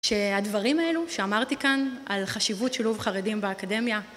שהדברים האלו שאמרתי כאן, על חשיבות שילוב חרדים באקדמיה